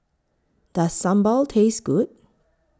Does Sambal Taste Good